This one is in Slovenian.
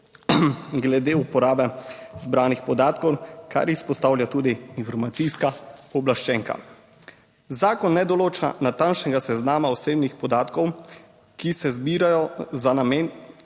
glede uporabe zbranih podatkov, kar izpostavlja tudi informacijska pooblaščenka. Zakon ne določa natančnega seznama osebnih podatkov, ki se zbirajo za namen